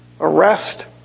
arrest